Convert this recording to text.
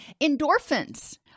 Endorphins